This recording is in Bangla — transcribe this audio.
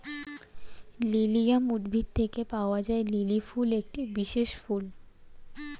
লিলিয়াম উদ্ভিদ থেকে পাওয়া লিলি ফুল একটি বিশেষ ফুল